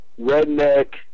redneck